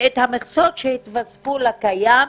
ואת המכסות שהתווספו לקיים,